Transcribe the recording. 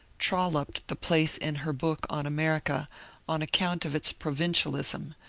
trouoped the place in her book on america on account of its provincialism,